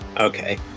okay